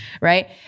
right